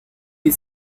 die